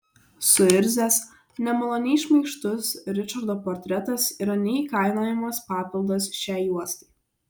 suirzęs nemaloniai šmaikštus ričardo portretas yra neįkainojamas papildas šiai juostai